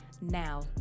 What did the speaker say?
Now